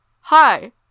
Hi